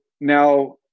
now